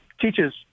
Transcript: teachers